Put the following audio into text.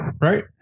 right